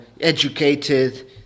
educated